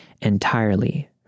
entirely